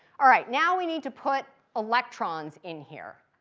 all right, now we need to put electrons in here.